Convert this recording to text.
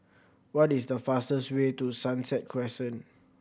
what is the fastest way to Sunset Crescent